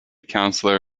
councillor